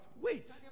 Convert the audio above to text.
Wait